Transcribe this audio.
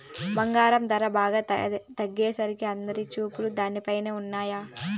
బంగారం ధర బాగా తగ్గేసరికి అందరి చూపులు దానిపైనే ఉన్నయ్యి